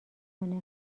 کنه